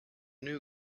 new